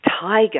tiger